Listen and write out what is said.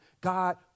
God